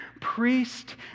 priest